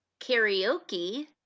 karaoke